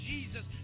Jesus